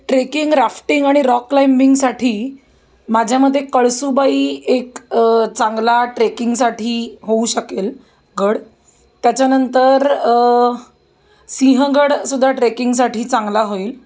trekking rafting आणि rock क्लाइम्बिंगसाठी माझ्या मते कळसूबाई एक चांगला ट्रेकिंगसाठी होऊ शकेल गड त्याच्यानंतर सिंहगडसुद्धा ट्रेकिंगसाठी चांगला होईल